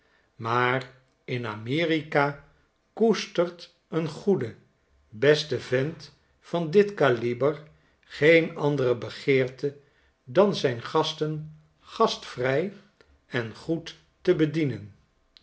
maar in amerika koestert een goede beste vent van dit kaliber geen andere begeerte dan zijn gasten gastvrij en goed te bedienen